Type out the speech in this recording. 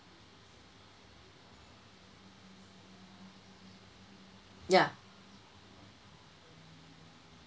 ya